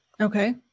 Okay